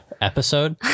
episode